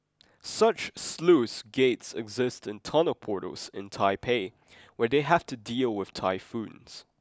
such sluice gates exist in tunnel portals in Taipei where they have to deal with typhoons